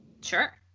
sure